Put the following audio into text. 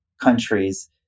countries